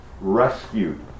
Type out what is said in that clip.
rescued